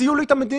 תציעו לי מדיניות.